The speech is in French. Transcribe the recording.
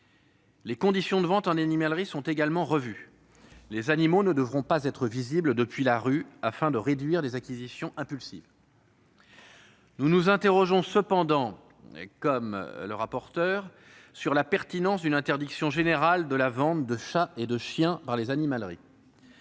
Les conditions de vente en animalerie sont également revues. Les animaux ne devront pas être visibles depuis la rue, afin de réduire les acquisitions impulsives. Nous nous interrogeons cependant, comme Mme la rapporteure, sur la pertinence d'une interdiction générale de la vente de chiens et de chats dans les animaleries.